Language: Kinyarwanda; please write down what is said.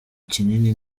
kinini